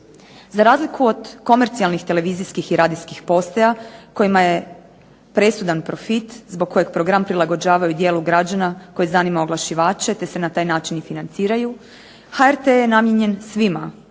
Za razliku od komercijalnih televizijskih i radijskih postaja kojima je presudan profit zbog kojeg program prilagođavaju djelu građana koji zanima oglašivače te se na taj način i financiraju HRT-a je namijenjen svima